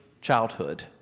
childhood